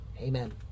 amen